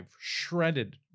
shredded